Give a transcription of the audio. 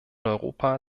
europa